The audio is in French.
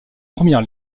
première